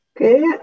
Okay